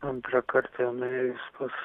antrąkart jau nuėjus pas